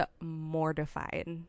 mortified